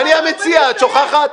אני המציע, את שוכחת.